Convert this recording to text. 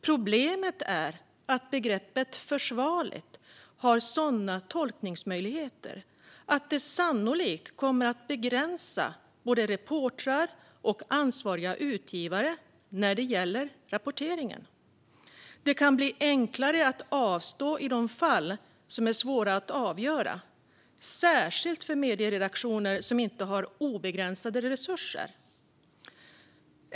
Problemet är att begreppet "försvarligt" har sådana tolkningsmöjligheter att det sannolikt kommer att begränsa både reportrar och ansvariga utgivare när det gäller rapporteringen. Det kan bli enklare att avstå i de fall som är svåra att avgöra, särskilt för medieredaktioner som inte har obegränsade resurser.